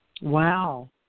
Wow